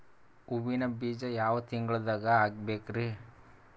ಹೂವಿನ ಬೀಜ ಯಾವ ತಿಂಗಳ್ದಾಗ್ ಹಾಕ್ಬೇಕರಿ?